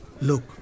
Look